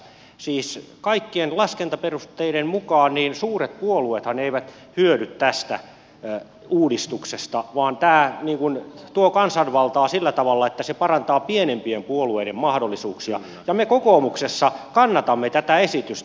siis kaikkien laskentaperusteiden mukaan suuret puolueethan eivät hyödy tästä uudistuksesta vaan tämä tuo kansanvaltaa sillä tavalla että se parantaa pienempien puolueiden mahdollisuuksia ja me kokoomuksessa kannatamme tätä esitystä